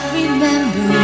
remember